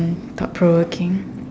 thought-provoking